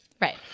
Right